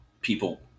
people